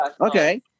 Okay